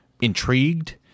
intrigued